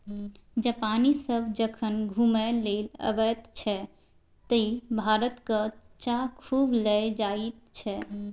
जापानी सभ जखन घुमय लेल अबैत छै तँ भारतक चाह खूब लए जाइत छै